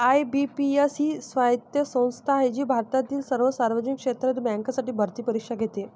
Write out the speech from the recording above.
IBPS ही स्वायत्त संस्था आहे जी भारतातील सर्व सार्वजनिक क्षेत्रातील बँकांसाठी भरती परीक्षा घेते